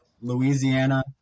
Louisiana